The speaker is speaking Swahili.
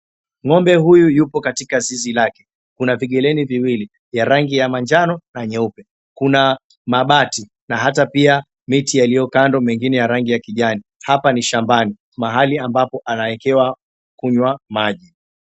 Ng'ombe huyu yupo Katika zizi lake , kuna vigelele viwili rangi ya manjano na nyeupe, Kuna mabati na hata pia miti yaliyo kando na mengine ya rangi ya kijani hapa ni shambani mahali ambapo anawekewa kunywa maji .